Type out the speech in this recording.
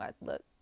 Look